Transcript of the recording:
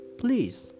please